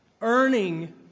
Earning